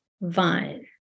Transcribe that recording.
vine